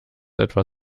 etwa